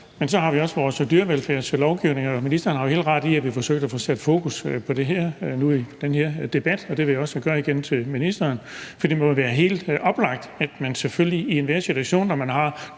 Men så har vi også vores dyrevelfærdslovgivning, og ministeren har jo helt ret i, at vi har forsøgt at få sat fokus på det her nu i den her debat, og det vil jeg også gøre igen i min bemærkning til ministeren. Det må jo være helt oplagt, at man selvfølgelig i enhver situation, når man har